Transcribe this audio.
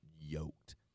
yoked